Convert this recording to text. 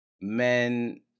men